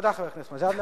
תודה, חבר הכנסת מג'אדלה.